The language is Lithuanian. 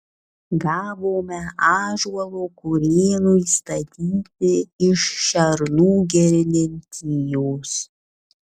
gavome ąžuolo kurėnui statyti iš šernų girininkijos